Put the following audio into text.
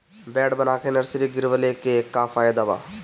Bed बना के nursery गिरवले के का फायदा बा?